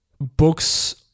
books